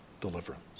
deliverance